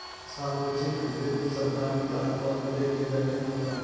सार्वजिक वित्त सरकार की आय और व्यय की व्याख्या करता है